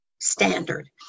Standard